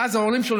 ואז ההורים שלו,